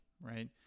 right